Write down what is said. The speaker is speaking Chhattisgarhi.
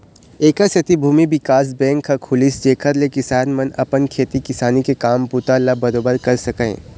ऐखर सेती भूमि बिकास बेंक ह खुलिस जेखर ले किसान मन अपन खेती किसानी के काम बूता ल बरोबर कर सकय